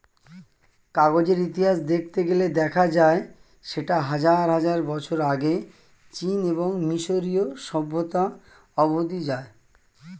কাগজের ইতিহাস দেখতে গেলে দেখা যায় সেটা হাজার হাজার বছর আগে চীন এবং মিশরীয় সভ্যতা অবধি যায়